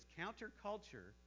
counterculture